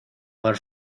por